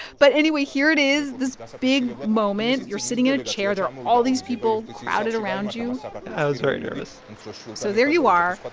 but anyway, here it is, this big moment. you're sitting in a chair. there are all these people crowded around you i was very nervous so there you are. like